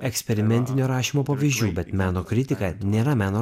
eksperimentinio rašymo pavyzdžių bet meno kritika nėra meno